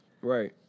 Right